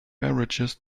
beverages